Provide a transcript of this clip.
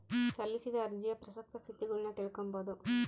ಸಲ್ಲಿಸಿದ ಅರ್ಜಿಯ ಪ್ರಸಕ್ತ ಸ್ಥಿತಗತಿಗುಳ್ನ ತಿಳಿದುಕೊಂಬದು